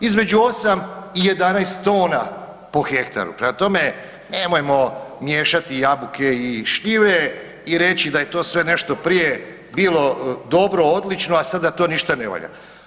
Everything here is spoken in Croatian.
Između 8 i 11 tona po hektaru, prema tome, nemojmo miješati jabuke i šljive i reći da je to sve nešto prije bilo dobro, odlično, a sada to ništa ne valja.